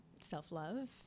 self-love